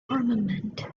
armament